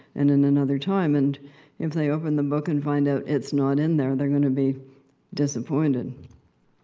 and in another time, and if they open the book and find out it's not in there, they're going to be disappointed.